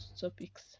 topics